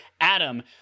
adam